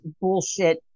bullshit